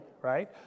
right